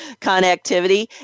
connectivity